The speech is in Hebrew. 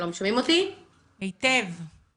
שלום, בוקר טוב.